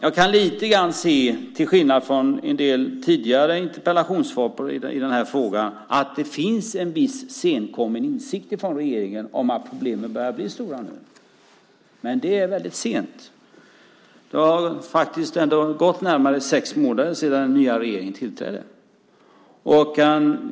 Jag kan i det här svaret, till skillnad från en del tidigare interpellationssvar på den här frågan, se att det finns en viss senkommen insikt hos regeringen om att problemen nu börjar bli stora. Men det är väldigt sent. Det har faktiskt gått närmare sex månader sedan den nya regeringen tillträdde.